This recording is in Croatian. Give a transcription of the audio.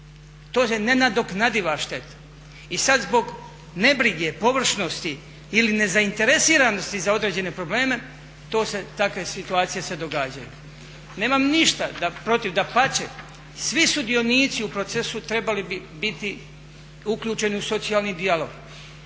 To je nenadoknadiva šteta. I sad zbog nebrige, površnosti ili nezainteresiranosti za određene probleme takve situacije se događaju. Nemam ništa protiv, dapače, svi sudionici u procesu trebali bi biti uključeni u socijalni dijalog.